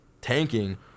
tanking